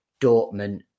Dortmund